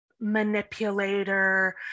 manipulator